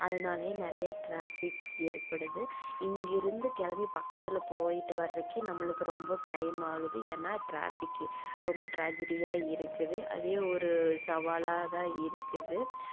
அதனாலயே நிறைய ட்ராஃபிக் ஏற்படுது இங்கேருந்து கிளம்பி பக்கத்தில் போய்ட்டு வர்றதுக்கே நம்மளுக்கு ரொம்ப டைம் ஆகுது ஏன்னா ட்ராஃபிக்கு ரொம்ப டிராஜிடியா இருக்குது அதே ஒரு சவாலாக தான் இருக்குது